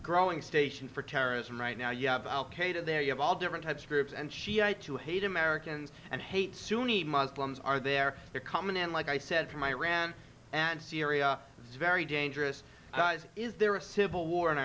growing station for terrorism right now yeah al qaeda there you have all different types of groups and shiites who hate americans and hate sunni muslims are there they're common and like i said from iran and syria it's very dangerous is there a civil war in